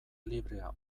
librea